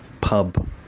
pub